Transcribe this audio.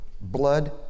blood